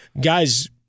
guys